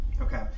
okay